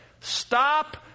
Stop